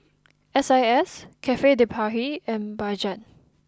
S I S Cafe de Paris and Bajaj